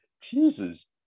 Jesus